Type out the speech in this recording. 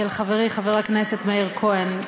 של חברי חבר הכנסת מאיר כהן,